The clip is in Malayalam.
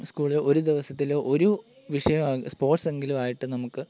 സ്കൂളിൽ ഒരു ദിവസത്തിൽ ഒരു വിഷയം എ സ്പോർട്സ് എങ്കിലുമായിട്ട് നമുക്ക്